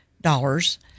dollars